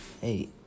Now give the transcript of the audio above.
Hey